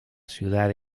ciudad